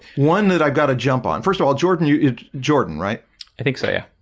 one that i got a jump on first of all jordan you is jordan right i think so yeah,